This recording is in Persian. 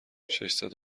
ششصد